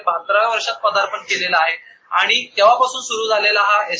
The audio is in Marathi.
ने बाहत्तराव्या वर्षात पदार्पण केलेलं आहे आणि तेव्हा पासून सुरू झालेला हा एस